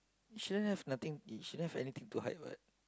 you shouldn't have nothing you shouldn't have anything to hide what